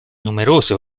numerose